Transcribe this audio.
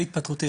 משפטים.